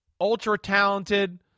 ultra-talented